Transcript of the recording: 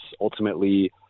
Ultimately